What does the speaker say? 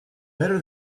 better